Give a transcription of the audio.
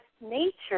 nature